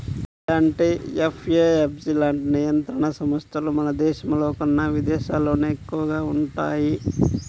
ఇలాంటి ఎఫ్ఏఎస్బి లాంటి నియంత్రణ సంస్థలు మన దేశంలోకన్నా విదేశాల్లోనే ఎక్కువగా వుంటయ్యి